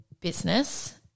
business